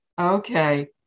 Okay